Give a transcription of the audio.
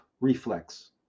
reflex